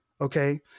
Okay